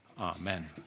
amen